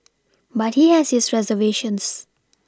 but he has his reservations